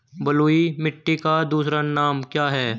बलुई मिट्टी का दूसरा नाम क्या है?